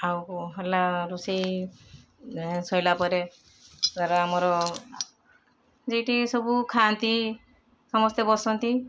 ଆଉ ହେଲା ରୋଷେଇ ସଇଲା ପରେ ତାର ଆମର ଯେଇଟି ସବୁ ଖାଆନ୍ତି ସମସ୍ତେ ବସନ୍ତି